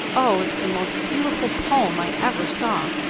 oh, it's the most beautiful poem i ever saw.